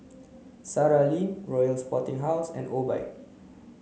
Sara Lee Royal Sporting House and Obike